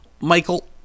Michael